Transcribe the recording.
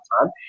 time